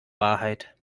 wahrheit